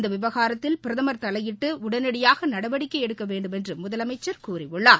இந்த விவகாரத்தில் பிரதமர் தலையிட்டு உடனடியாக நடவடிக்கை எடுக்க வேண்டுமென்று முதலமைச்சர் கூறியுள்ளார்